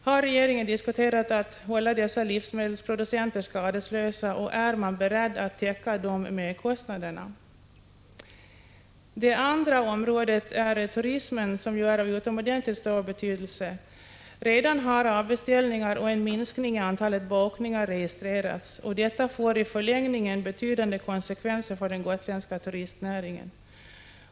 Har regeringen diskuterat att hålla dessa livsmedelsproducenter skadeslösa, och är man beredd att täcka dessa merkostnader? Det gäller för det andra turismen, som ju är av utomordentligt stor betydelse. Redan har avbeställningar och en minskning av antalet bokningar registrerats, och detta får i förlängningen betydande konsekvenser för den gotländska turistnäringen.